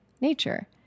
nature